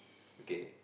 okay